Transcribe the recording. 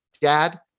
dad